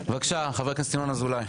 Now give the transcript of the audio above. בבקשה, חבר הכנסת ינון אזולאי.